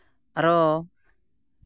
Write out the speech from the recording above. ᱟᱨᱚ